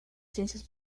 ciencias